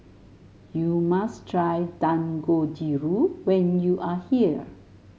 you must try Dangojiru when you are here